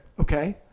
Okay